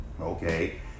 okay